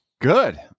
Good